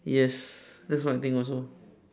yes that's one thing also